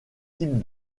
types